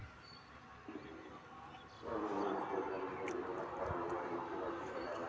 चक्रफूल एकदम सितारार हिस्सा ह छेक